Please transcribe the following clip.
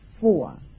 four